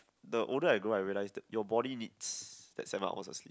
the older I grow I realise your body needs that seven hours of sleep